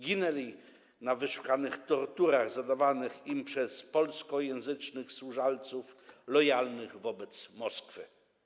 Ginęli w wyniku wyszukanych tortur zadawanych im przez polskojęzycznych służalców lojalnych wobec Moskwy.